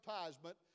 advertisement